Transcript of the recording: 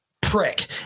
prick